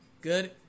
Good